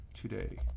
today